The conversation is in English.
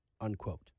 unquote